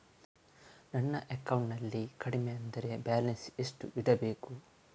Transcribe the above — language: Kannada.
ನನ್ನ ಅಕೌಂಟಿನಲ್ಲಿ ಕಡಿಮೆ ಅಂದ್ರೆ ಬ್ಯಾಲೆನ್ಸ್ ಎಷ್ಟು ಇಡಬೇಕು?